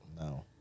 No